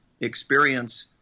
experience